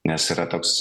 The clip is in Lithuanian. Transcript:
nes yra toks